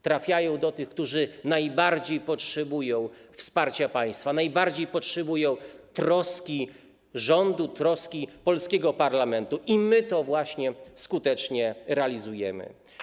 Trafiają do tych, którzy najbardziej potrzebują wsparcia państwa, najbardziej potrzebują troski rządu, troski polskiego parlamentu i my to właśnie skutecznie realizujemy.